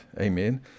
Amen